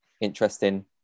interesting